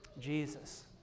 Jesus